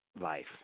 Life